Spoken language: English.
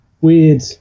weird